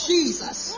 Jesus